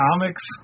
comics